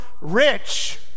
rich